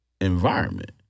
environment